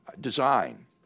design